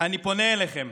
אני פונה אליכם: